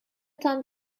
تان